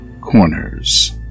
Corners